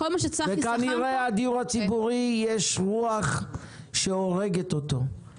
כנראה לדיור הציבורי יש רוח שהורגת אותו,